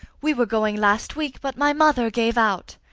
we were going last week, but my mother gave out.